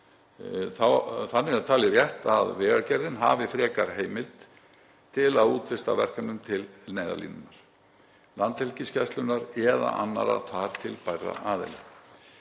Þannig er talið rétt að Vegagerðin hafi frekar heimild til að útvista verkefnum til Neyðarlínunnar, Landhelgisgæslunnar eða annarra þar til bærra aðila.